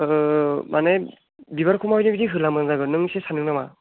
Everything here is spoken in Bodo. ओ माने बिबारखौ मा बायदि बायदि होब्ला मोजां जागोन नों एसे सानदों नामा